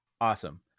Awesome